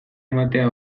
ematea